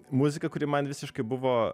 muziką kuri man visiškai buvo